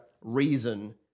reason